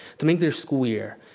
to make their school year,